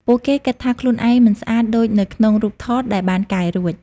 ពួកគេគិតថាខ្លួនឯងមិនស្អាតដូចនៅក្នុងរូបថតដែលបានកែរួច។